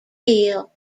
kill